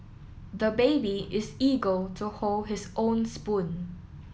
the baby is eager to hold his own spoon